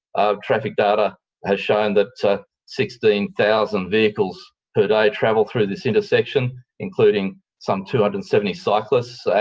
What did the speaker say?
traffic data has shown that sixteen thousand vehicles per day travel through this intersection, including some two hundred and seventy cyclists,